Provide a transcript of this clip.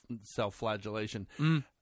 self-flagellation